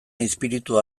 izpiritua